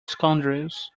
scoundrels